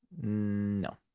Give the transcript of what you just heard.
No